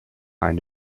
eine